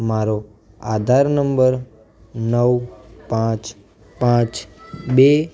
મારો આધાર નંબર નવ પાંચ પાંચ બે